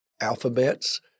alphabets